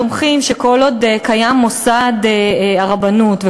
תומכים בכך שכל עוד מוסד הרבנות קיים,